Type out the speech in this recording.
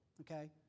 okay